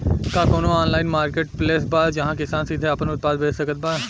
का कउनों online marketplace बा जहां किसान सीधे आपन उत्पाद बेच सकत बा?